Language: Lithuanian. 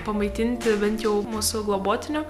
pamaitinti bent jau mūsų globotinių